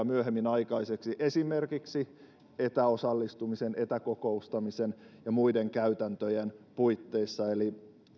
myöhemmin aikaiseksi esimerkiksi etäosallistumisen etäkokoustamisen ja muiden käytäntöjen puitteissa eli